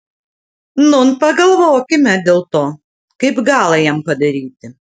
nūn pagalvokime dėl to kaip galą jam padaryti